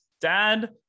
dad